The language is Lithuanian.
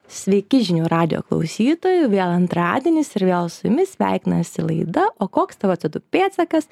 sveiki žinių radijo klausytojų vėl antradienis ir vėl su jumis sveikinasi laida o koks tavo c o du pėdsakas